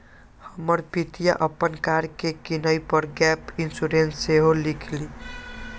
हमर पितिया अप्पन कार के किनाइ पर गैप इंश्योरेंस सेहो लेलखिन्ह्